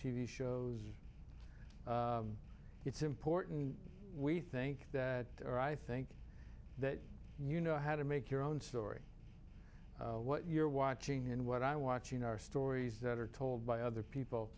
v shows it's important we think that or i think that you know how to make your own story what you're watching and what i watching are stories that are told by other people